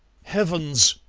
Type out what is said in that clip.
heavens!